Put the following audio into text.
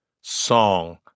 song